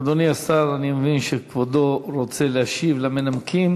אדוני השר, אני מבין שכבודו רוצה להשיב למנמקים.